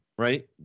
Right